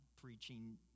preaching